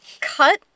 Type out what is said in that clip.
cut